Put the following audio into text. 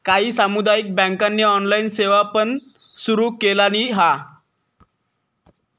काही सामुदायिक बँकांनी ऑनलाइन सेवा पण सुरू केलानी हा